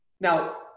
now